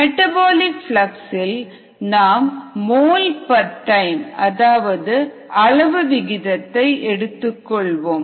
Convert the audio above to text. metabolic flux இல் நாம் mole per time அதாவது அளவு விகிதத்தை எடுத்துக்கொள்வோம்